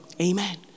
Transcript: Amen